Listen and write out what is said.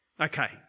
Okay